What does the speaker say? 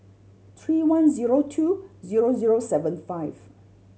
three one zero two zero zero seven five